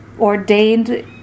ordained